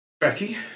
Becky